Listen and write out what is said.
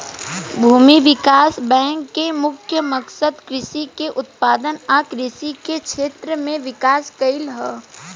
भूमि विकास बैंक के मुख्य मकसद कृषि के उत्पादन आ कृषि के क्षेत्र में विकास कइल ह